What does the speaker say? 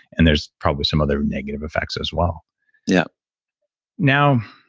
and there's probably some other negative effects as well yeah now,